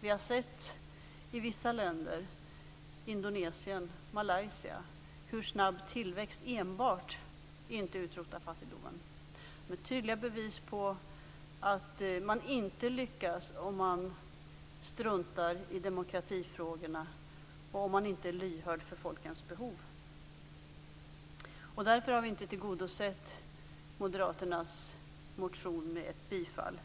Vi har sett i vissa länder, t.ex. Indonesien och Malaysia, att enbart snabb tillväxt inte utrotar fattigdomen, med tydliga bevis på att man inte lyckas om man struntar i demokratifrågorna och inte är lyhörd för folkens behov. Därför har vi inte tillgodosett moderaternas motion med ett bifall